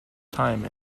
time